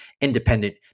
independent